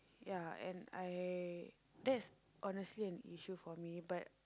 ya and I that's honestly an issue for me but